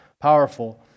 powerful